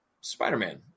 Spider-Man